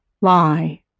lie